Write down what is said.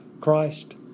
Christ